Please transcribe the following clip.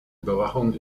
überwachung